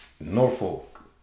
Norfolk